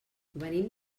venim